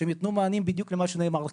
שיתנו מענים בדיוק למה שנאמר כאן.